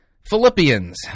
Philippians